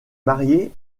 marié